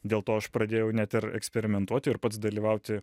dėl to aš pradėjau net ir eksperimentuoti ir pats dalyvauti